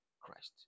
Christ